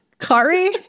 Kari